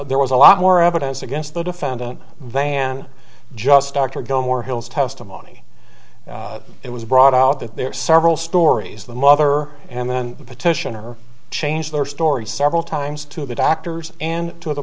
there was a lot more evidence against the defendant than just dr goh more hills testimony it was brought out that there are several stories the mother and then the petitioner changed their story several times to the doctors and to the